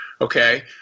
Okay